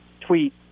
tweet